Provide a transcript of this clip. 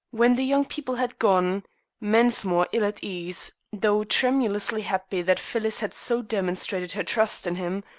when the young people had gone mensmore ill at ease, though tremuously happy that phyllis had so demonstrated her trust in him,